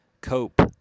cope